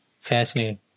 Fascinating